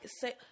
say